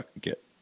get